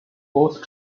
both